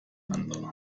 andere